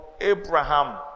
Abraham